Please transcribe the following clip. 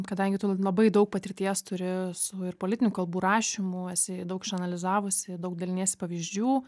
kadangi tu labai daug patirties turi su ir politinių kalbų rašymu esi daug išanalizavusi daug daliniesi pavyzdžių